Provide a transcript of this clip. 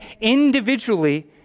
individually